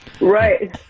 right